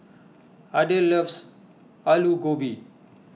Adel loves Aloo Gobi